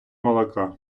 молока